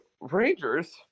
Rangers